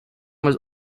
was